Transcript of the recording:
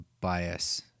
bias